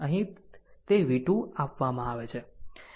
અહીં તે v2 આપવામાં આવે છે